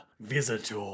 visitor